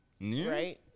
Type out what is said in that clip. Right